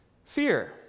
Fear